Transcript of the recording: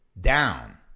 down